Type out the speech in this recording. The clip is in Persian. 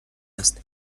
است